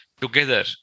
together